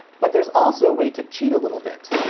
but there's also a way to cheat a little bit.